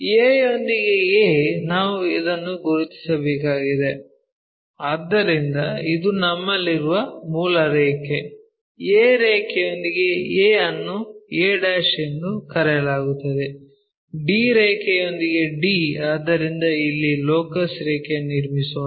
a ಯೊಂದಿಗೆ a ನಾವು ಇದನ್ನು ಗುರುತಿಸಬೇಕಾಗಿದೆ ಆದ್ದರಿಂದ ಇದು ನಮ್ಮಲ್ಲಿರುವ ಮೂಲ ರೇಖೆ a ರೇಖೆಯೊಂದಿಗೆ a ಅನ್ನು a ಎಂದು ಕರೆಯಲಾಗುತ್ತದೆ d ರೇಖೆಯೊಂದಿಗೆ d ಆದ್ದರಿಂದ ಇಲ್ಲಿ ಲೋಕಸ್ ರೇಖೆಯನ್ನು ನಿರ್ಮಿಸೋಣ